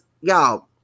y'all